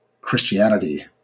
Christianity